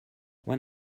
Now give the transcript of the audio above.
when